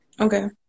Okay